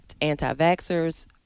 anti-vaxxers